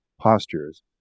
postures